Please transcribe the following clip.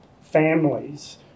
families